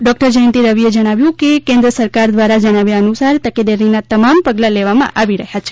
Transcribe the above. doctor Jayanti રવિએ જણાવ્યું કે કેન્દ્ર સરકાર દ્વારા જણાવાયા અનુસાર તકેદારીના તમામ પગલાં લેવામાં આવી રહ્યા છે